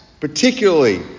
particularly